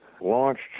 launched